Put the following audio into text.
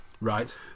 Right